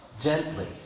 gently